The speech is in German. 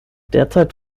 derzeit